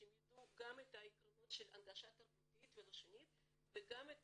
שידעו גם את העקרונות של הנגשה תרבותית ולשונית וגם את